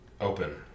open